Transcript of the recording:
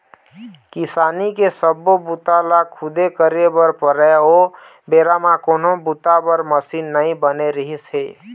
किसानी के सब्बो बूता ल खुदे करे बर परय ओ बेरा म कोनो बूता बर मसीन नइ बने रिहिस हे